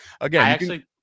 again